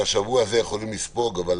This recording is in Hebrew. אולי המתווכים יכולים את השבוע הזה לספוג, אבל